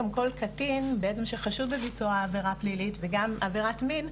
גם כל קטין בעצם שחשוד בביצוע העבירה פלילית וגם עבירת מין,